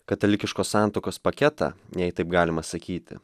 katalikiškos santuokos paketą jei taip galima sakyti